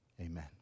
Amen